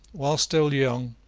while still young,